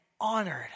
honored